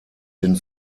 den